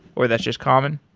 or that's just common?